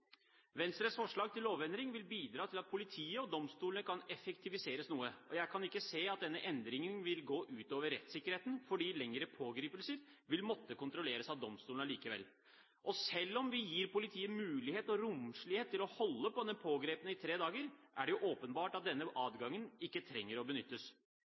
Venstres forslag til lovendring vil bidra til at politiet og domstolene kan effektiviseres noe. Jeg kan ikke se at denne endringen vil gå ut over rettssikkerheten, fordi lengre pågripelser vil måtte kontrolleres av domstolene allikevel. Selv om vi gir politiet mulighet og romslighet til å holde på den pågrepne i tre dager, er det jo åpenbart at denne adgangen ikke trenger å benyttes.